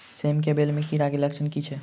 सेम कऽ बेल म कीड़ा केँ लक्षण की छै?